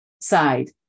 side